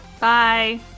Bye